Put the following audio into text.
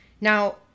Now